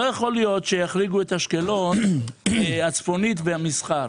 לא יכול להיות שיחריגו את אשקלון הצפונית במסחר.